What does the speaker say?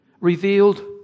revealed